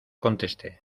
contesté